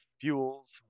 fuels